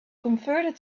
converted